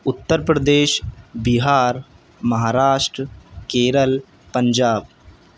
Uttar Pradesh Bihar Maharashtra Kerala Punjab